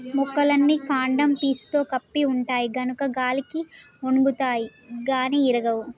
మొక్కలన్నీ కాండం పీసుతో కప్పి ఉంటాయి గనుక గాలికి ఒన్గుతాయి గాని ఇరగవు